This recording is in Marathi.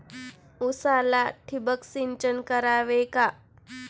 उसाला ठिबक सिंचन करावे का?